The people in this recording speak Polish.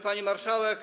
Pani Marszałek!